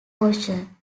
ocean